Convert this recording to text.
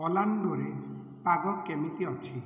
ଅର୍ଲାଣ୍ଡୋରେ ପାଗ କେମିତି ଅଛି